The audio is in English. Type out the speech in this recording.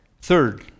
Third